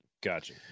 Gotcha